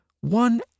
One